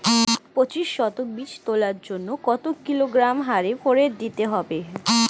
পঁচিশ শতক বীজ তলার জন্য কত কিলোগ্রাম হারে ফোরেট দিতে হবে?